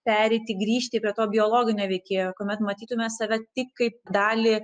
pereiti grįžti prie to biologinio veikėjo kuomet matytume save tik kaip dalį